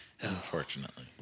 Unfortunately